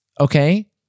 Okay